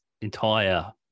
entire